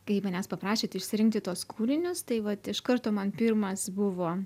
kai manęs paprašėt išsirinkti tuos kūrinius tai vat iš karto man pirmas buvo